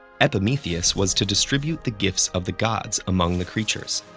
epimetheus was to distribute the gifts of the gods among the creatures.